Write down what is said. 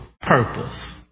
purpose